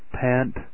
Pant